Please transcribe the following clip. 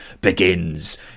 begins